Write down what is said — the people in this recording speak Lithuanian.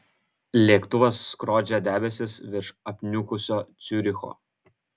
lėktuvas skrodžia debesis virš apniukusio ciuricho